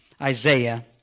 Isaiah